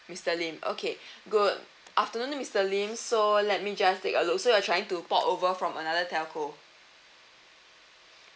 mister lim okay good afternoon mister lim so let me just take a look so you're trying to port over from another telco